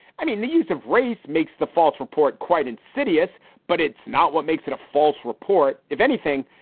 i mean, the use of race makes the false report quite insidious, but it's not what makes it a false report. if anything,